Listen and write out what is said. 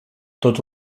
tot